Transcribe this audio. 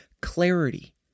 clarity